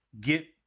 get